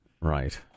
Right